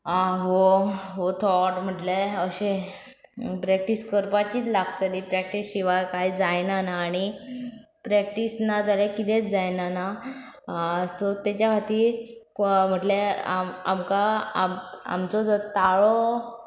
हो हो थोट म्हटल्यार अशें प्रॅक्टीस करपाचीच लागतली प्रॅक्टीस शिवाय कांय जायना ना आनी प्रॅक्टीस ना जाल्यार कितेंच जायना ना सो तेज्या खातीर म्हटल्यार आमकां आमचो जो ताळो